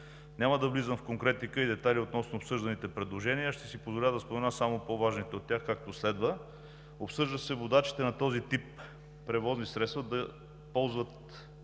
Няма да влизам в конкретика и детайли относно обсъжданите предложения. Ще си позволя да спомена само по-важните от тях, както следва: обсъжда се водачите на този тип превозни средства да ползват